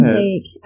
take